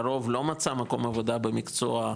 לרוב, לא מצא מקום עבודה במקצוע,